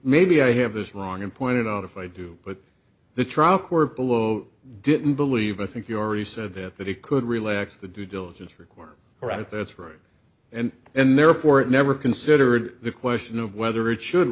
maybe i have this wrong and pointed out if i do put the trial court below didn't believe i think you already said that that it could relax the due diligence record around thirty three and and therefore it never considered the question of whether it should